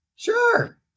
Sure